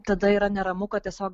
tada yra neramu kad tiesiog